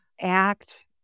act